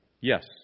Yes